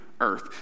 earth